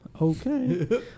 Okay